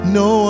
no